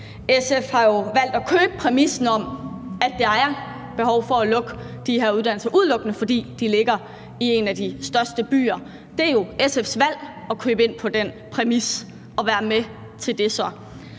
SF har valgt at købe præmissen om, at der er behov for at lukke de her uddannelser, udelukkende fordi de ligger i en af de største byer. Det er jo SF's valg at købe ind på den præmis og så at være med til det.